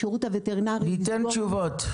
השירות הווטרינרי --- ניתן תשובות.